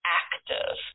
active